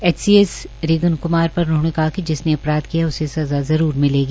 HCS रीगन क्मार पर उन्होंने कहा कि जिसने अपराध किया है उसे सज़ा मिलेगी